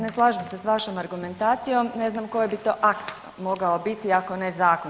Ne slažem se s vašom argumentacijom, ne znam koji bi to akt mogao biti ako ne zakon.